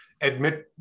admit